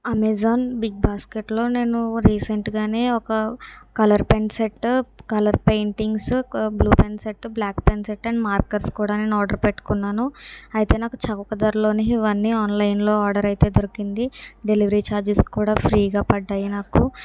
Amazon big బాస్కెట్లో నేను రీసెంట్గానే ఒక colour pen set colour paintings ఒక blue pen set black pen set and markers కూడా నేను ఆర్డర్ పెట్టుకున్నాను అయితే నాకు చౌక ధరలోనే ఇవన్నీ ఆన్లైన్లో ఆర్డర్ అయితే దొరికింది డెలివరీ చార్జెస్ కూడా ఫ్రీగా పడ్డాయి నాకు